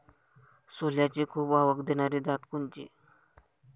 सोल्याची खूप आवक देनारी जात कोनची?